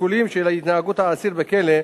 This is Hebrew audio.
השיקולים של התנהגות האסיר בכלא,